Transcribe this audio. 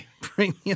premium